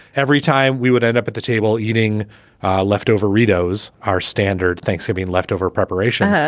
every time we would end up at the table eating leftover cheetos, our standard thanksgiving, leftover preparation.